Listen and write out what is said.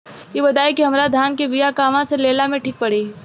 इ बताईं की हमरा धान के बिया कहवा से लेला मे ठीक पड़ी?